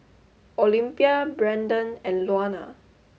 Olympia Brandan and Luana